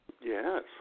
Yes